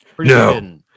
No